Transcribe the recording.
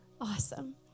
awesome